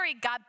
God